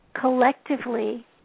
collectively